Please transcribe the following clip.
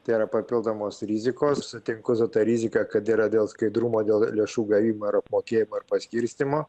tai yra papildomos rizikos sutinku su ta rizika kad yra dėl skaidrumo dėl lėšų gavimo ir apmokėjimo ir paskirstymo